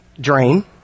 drain